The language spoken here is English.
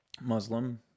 Muslim